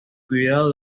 cuidado